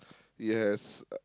it has